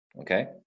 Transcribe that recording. Okay